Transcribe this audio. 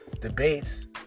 debates